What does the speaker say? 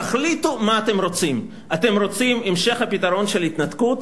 תחליטו מה אתם רוצים: אתם רוצים המשך הפתרון של התנתקות?